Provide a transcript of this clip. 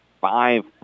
five